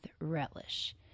relish